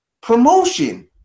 promotion